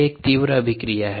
एक तीव्र अभिक्रिया है